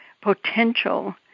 potential